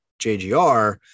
JGR